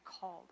called